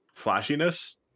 Flashiness